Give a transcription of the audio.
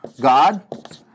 God